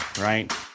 right